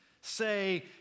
say